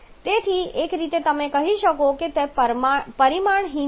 તેથી એક રીતે તમે કહી શકો કે તે પરિમાણહીન છે